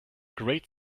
great